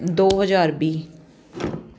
ਦੋ ਹਜ਼ਾਰ ਵੀਹ